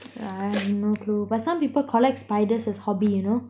I have no clue but some people collect spiders as hobby you know